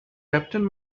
captain